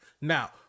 now